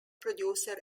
producer